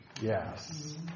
Yes